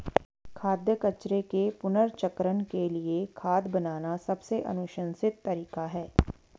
खाद्य कचरे के पुनर्चक्रण के लिए खाद बनाना सबसे अनुशंसित तरीका है